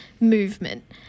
movement